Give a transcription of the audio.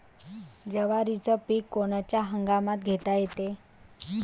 जवारीचं पीक कोनच्या हंगामात घेता येते?